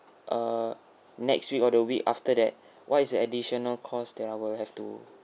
uh next week or the week after that what is the additional cost that I will have to